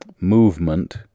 Movement